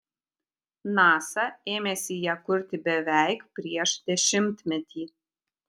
nasa ėmėsi ją kurti beveik prieš dešimtmetį